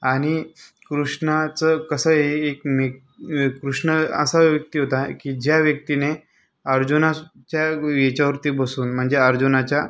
आणि कृष्णाच कसं आहे एक नी कृष्ण असा व्यक्ती होता की ज्या व्यक्तीने अर्जुनाच्या ह्याच्यावरती बसून म्हणजे अर्जुनाच्या